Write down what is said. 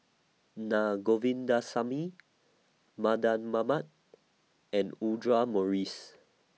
Naa Govindasamy Mardan Mamat and Audra Morrice